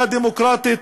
דמוקרטית,